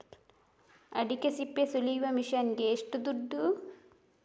ಅಡಿಕೆ ಸಿಪ್ಪೆ ಸುಲಿಯುವ ಮಷೀನ್ ಗೆ ಏಷ್ಟು ದುಡ್ಡು?